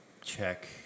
check